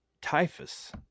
typhus